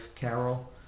Carol